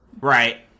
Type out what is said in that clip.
Right